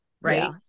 right